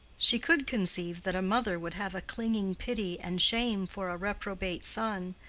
she could conceive that a mother would have a clinging pity and shame for a reprobate son,